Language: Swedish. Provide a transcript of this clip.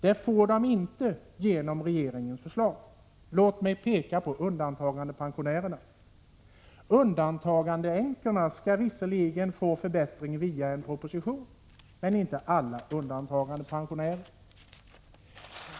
Det får de inte genom regeringens förslag. Ta t.ex. undantagandepensionärerna. Undantagandeänkorna skall visserligen få en förbättring via en proposition men inte alla undantagandepensionärer.